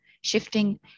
shifting